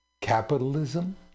capitalism